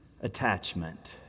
attachment